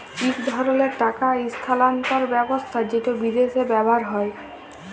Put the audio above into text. ইক ধরলের টাকা ইস্থালাল্তর ব্যবস্থা যেট বিদেশে ব্যাভার হ্যয়